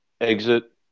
exit